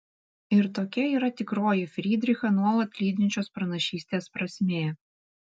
ir tokia yra tikroji frydrichą nuolat lydinčios pranašystės prasmė